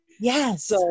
Yes